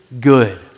good